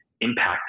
impact